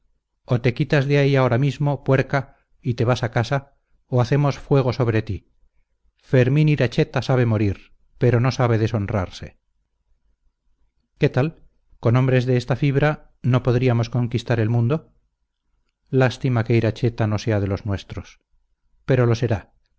o te quitas de ahí ahora mismo puerca y te vas a casa o hacemos fuego sobre ti fermín iracheta sabe morir pero no sabe deshonrarse qué tal con hombres de esta fibra no podríamos conquistar el mundo lástima que iracheta no sea de los nuestros pero lo será